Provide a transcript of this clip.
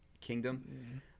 kingdom